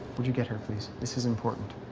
would you get her please. this is important.